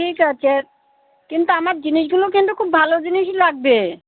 ঠিক আছে কিন্তু আমার জিনিসগুলো কিন্তু খুব ভালো জিনিসই লাগবে